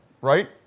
right